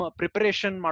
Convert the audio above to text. preparation